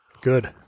Good